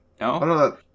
no